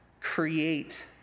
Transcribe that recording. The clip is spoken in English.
create